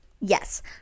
yes